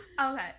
Okay